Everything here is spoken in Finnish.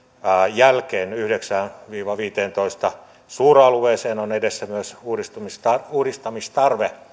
jälkeen yhdeksään viiva viiteentoista suuralueeseen on edessä myös uudistamistarve